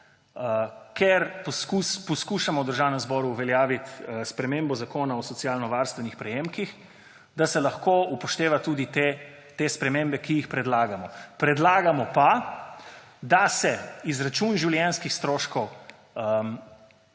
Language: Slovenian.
ker poskušamo v Državnem zboru uveljaviti spremembo Zakona o socialno varstvenih prejemkih, upošteva tudi te spremembe, ki jih predlagamo. Predlagamo pa, da se izračun življenjskih stroškov